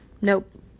nope